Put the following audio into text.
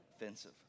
Offensive